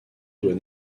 doit